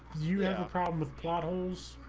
you have problems plot holes